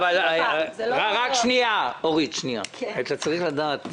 אתה צריך לדעת,